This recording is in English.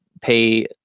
pay